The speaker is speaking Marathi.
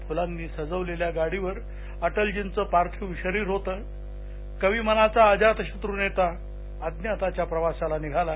फुलांनी सजवलेल्या गाडीवर अटलजींचं पार्थिव शरीर होतं कवीमनाचा अजातशत्रू नेता अज्ञाताच्या प्रवासाला निघाला